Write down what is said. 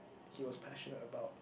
he was passionate about